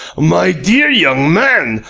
my dear young man,